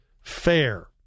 fair